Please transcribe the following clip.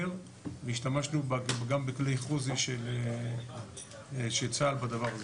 והשתמשנו גם בכלי חו"זי של צה"ל בדבר הזה.